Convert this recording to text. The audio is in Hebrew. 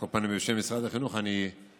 על כל פנים בשם משרד החינוך אני אומר: